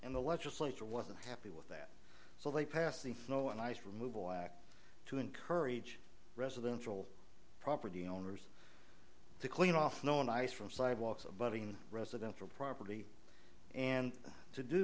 and the legislature wasn't happy with that so they passed the floor and ice removal act to encourage residential property owners to clean off known ice from sidewalks abutting residential property and to do